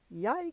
Yikes